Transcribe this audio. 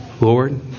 Lord